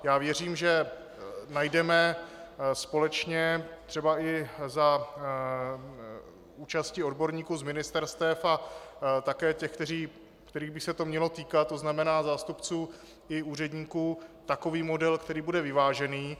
Já věřím, že najdeme společně, třeba i za účasti odborníků z ministerstev a také těch, kterých by se to mělo týkat, tzn. zástupců i úředníků, takový model, který bude vyvážený.